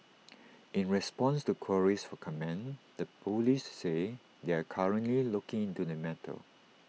in response to queries for comment the Police said they are currently looking into the matter